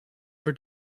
for